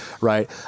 Right